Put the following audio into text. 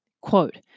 Quote